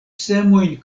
semojn